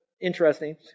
interesting